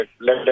let